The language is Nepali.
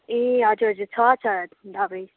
ए हजुर हजुर छ छ दवाई